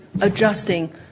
adjusting